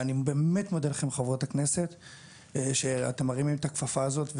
ואני באמת מודה לכן חברות הכנסת שאתם מרימים את הכפפה הזאת,